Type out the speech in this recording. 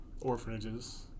Orphanages